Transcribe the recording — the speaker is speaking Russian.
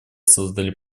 создали